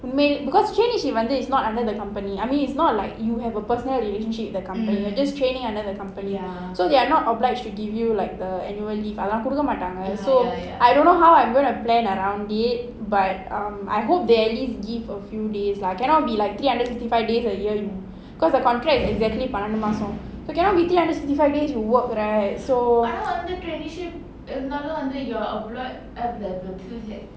because traineeship வந்து:vanthu is not under the company I mean it's not like you have a personal relationship with the company you're just training under the company lah so they are not obliged to give you like err annual leave அதுலாம் கொடுக்கமாட்டங்க:adhulaam kodukkamaatanga so I don't know how I'm gonna plan around it but um I hope they at least give a few days lah cannot be like three hundred sixty five days a year you because the contract is exactly பன்னிரண்டு மாசம்:pannirandu maasam so cannot be three hundred and sixty five days you work right so